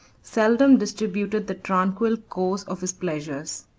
seldom disturbed the tranquil course of his pleasures.